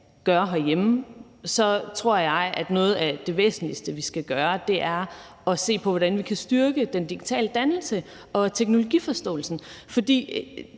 gøre herhjemme, tror jeg, at noget af det væsentligste, vi skal gøre, er at se på, hvordan vi kan styrke den digitale dannelse og teknologiforståelse. Det